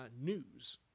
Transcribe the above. news